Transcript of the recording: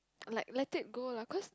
like let it go lah cause